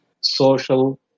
social